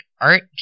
art